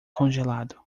congelado